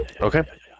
Okay